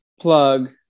plug